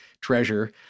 treasure